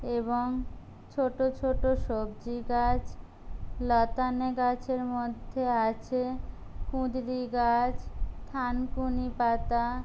এবং ছোট ছোট সবজি গাছ লতানে গাছের মধ্যে আছে কুঁদরি গাছ থানকুনি পাতা